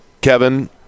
Kevin